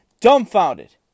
dumbfounded